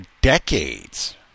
decades